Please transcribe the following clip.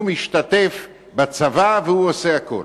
הוא משתתף בצבא והוא עושה הכול.